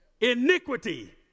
iniquity